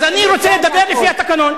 אז אני רוצה לדבר לפי התקנון.